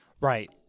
Right